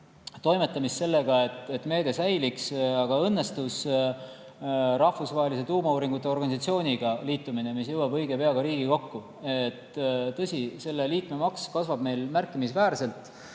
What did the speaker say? toimetamist sellega, et meede säiliks, aga õnnestus rahvusvahelise tuumauuringute organisatsiooniga liitumine. [See dokument] jõuab õige pea Riigikokku. Tõsi, selle liikmemaks kasvab märkimisväärselt,